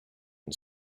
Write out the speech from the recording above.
and